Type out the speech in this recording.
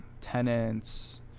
tenants